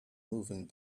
moving